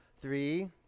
Three